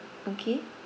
okay